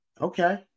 Okay